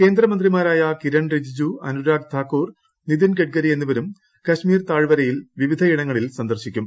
കേന്ദ്രമന്ത്രിമാരായ കിരൺ റിജിജു അനുരാഗ് താകൂർ നിതിൻ ഗഡ്കരി എന്നിവരും കശ്മീർ താഴ്വരയിൽ വിവിധയിടങ്ങൾ സന്ദർശിക്കും